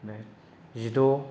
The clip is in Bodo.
बे जिद'